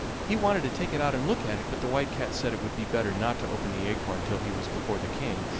he wanted to take it out and look at it, but the white cat said it would be better not to open the acorn till he was before the king,